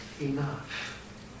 enough